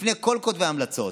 לפני כל כותבי ההמלצות,